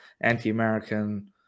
anti-American